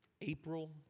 April